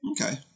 Okay